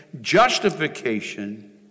justification